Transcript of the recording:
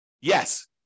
Yes